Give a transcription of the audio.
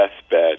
deathbed